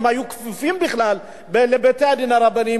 אם היו כפופות בכלל לבתי-הדין הרבניים,